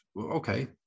okay